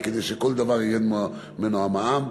כדי שכל דבר ירד ממנו המע"מ,